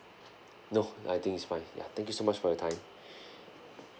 no I think it's fine ya thank you so much for your time